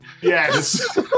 Yes